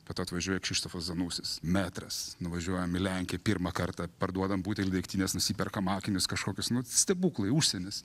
po to atvažiuoja kšištofas zanusis metras nuvažiuojam į lenkiją pirmą kartą parduodam butelį degtinės nusiperkam akinius kažkokius nu stebuklai užsienis